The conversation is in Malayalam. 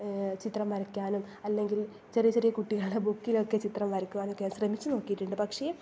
ചിത്രം വരയ്ക്കാനും അല്ലെങ്കിൽ ചെറിയ ചെറിയ കുട്ടികളുടെ ബുക്കിലൊക്കെ ചിത്രം വരയ്ക്കുവാനുമൊക്കെ ഞാൻ ശ്രമിച്ചു നോക്കിയിട്ടുണ്ട് പക്ഷേ